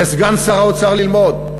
לסגן שר האוצר ללמוד,